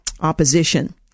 opposition